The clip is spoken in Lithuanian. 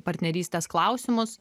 partnerystės klausimus